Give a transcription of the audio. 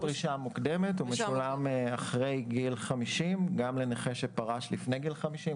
הוא משולם אחרי גיל 50 גם לנכה שפרש לפני גיל 50,